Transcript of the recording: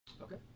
Okay